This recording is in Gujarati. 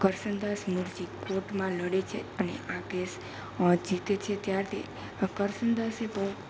કરસનદાસ મુળજી કોર્ટમાં લડે છે અને આ કેસ જીતે છે ત્યારે આ કરસનદાસે તો